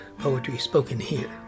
poetryspokenhere